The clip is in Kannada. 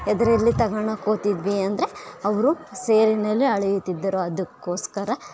ಯಾವುದ್ರಲ್ಲಿ ತಗೋಣಕೋಗ್ತಿದ್ವಿ ಅಂದರೆ ಅವರು ಸೇರಿನಲ್ಲಿ ಅಳೆಯುತ್ತಿದ್ದರು ಅದುಕ್ಕೋಸ್ಕರ